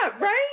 right